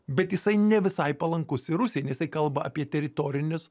bet jisai ne visai palankus ir rusijai jisai kalba apie teritorinius